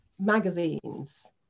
magazines